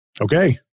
okay